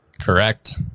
Correct